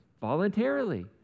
voluntarily